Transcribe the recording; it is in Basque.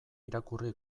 irakurri